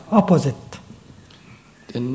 opposite